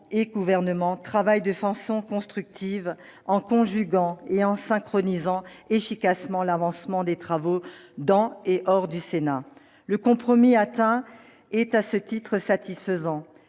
le Gouvernement travaillent de façon constructive, en conjuguant et en synchronisant efficacement l'avancement des travaux dans et hors du Sénat. Le compromis atteint est à ce titre satisfaisant,